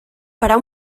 parar